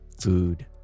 Food